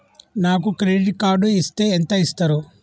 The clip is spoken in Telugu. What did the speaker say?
నాకు క్రెడిట్ కార్డు ఇస్తే ఎంత ఇస్తరు?